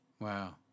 Wow